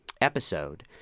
episode